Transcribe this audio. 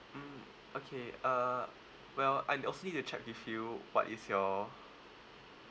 mm okay uh well and I also need to check with you what is your